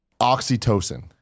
oxytocin